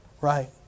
Right